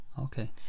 Okay